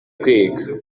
kwiga